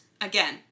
Again